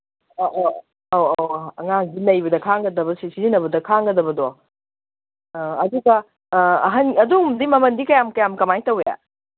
ꯑꯧ ꯑꯧ ꯑꯉꯥꯡꯗꯤ ꯅꯩꯕꯗ ꯈꯥꯡꯒꯗꯕ ꯁꯤꯖꯤꯟꯅꯕꯗ ꯈꯥꯡꯒꯗꯕꯗꯣ ꯑꯗꯨꯒ ꯑꯍꯟ ꯑꯗꯨꯒꯨꯝꯕꯗꯤ ꯃꯃꯟꯗꯤ ꯀꯌꯥꯝ ꯀꯌꯥꯝ ꯀꯃꯥꯏꯅ ꯇꯧꯋꯤ